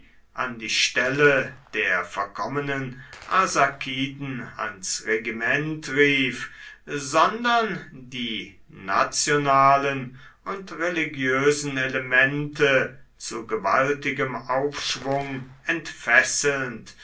an die stelle der verkommenen arsakiden ans regiment rief sondern die nationalen und religiösen elemente zu gewaltigem aufschwung entfesselnd